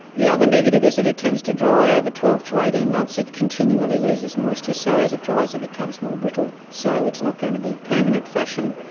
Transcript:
the other negative is that it tends to dry over twelve to eighteen months. it continually loses moisture, so as it dries it becomes more brittle. so it's not going to be permanent fashion,